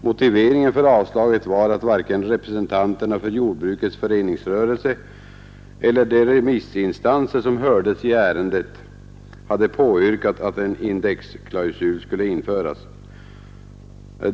Motiveringen för avslaget var att varken representanterna för jordbrukets föreningsrörelse eller de remissinstanser som hörts i ärendet hade påyrkat att en indexklausul skulle införas.